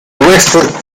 western